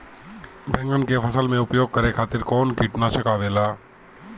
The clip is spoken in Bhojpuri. बैंगन के फसल में उपयोग करे खातिर कउन कीटनाशक आवेला?